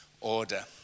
order